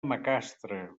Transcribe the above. macastre